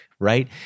right